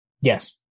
Yes